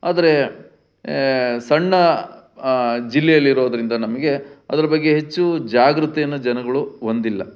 ಆದರೆ ಸಣ್ಣ ಜಿಲ್ಲೆಯಲ್ಲಿರೋದರಿಂದ ನಮಗೆ ಅದ್ರ ಬಗ್ಗೆ ಹೆಚ್ಚು ಜಾಗೃತಿಯನ್ನು ಜನಗಳು ಹೊಂದಿಲ್ಲ